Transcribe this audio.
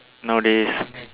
nowadays